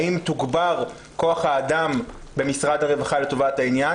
האם תוגבר כוח האדם במשרד הרווחה לטובת העניין,